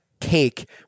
cake